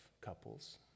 couples